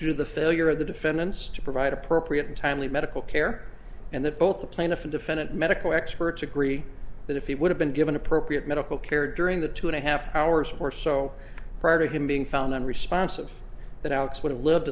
due to the failure of the defendants to provide appropriate and timely medical care and that both the plaintiff and defendant medical experts agree that if he would have been given appropriate medical care during the two and a half hours or so prior to him being found unresponsive that alex would have lived